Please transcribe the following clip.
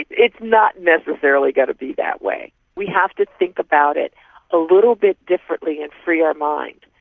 it's not necessarily going to be that way, we have to think about it a little bit differently and free our mind.